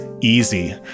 Easy